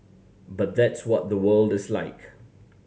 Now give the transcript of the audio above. but that's what the world is like